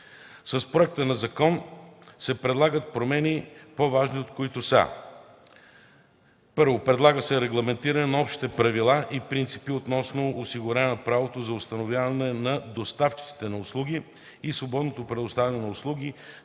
С проекта на закон се предлагат промени, по-важните от които са: 1. Предлага се регламентиране на общите правила и принципи относно осигуряване правото на установяване на доставчиците на услуги и свободното предоставяне на услуги,